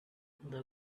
the